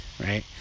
right